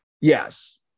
Yes